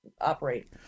operate